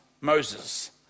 Moses